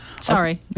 Sorry